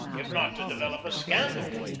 if not to develop a scandal.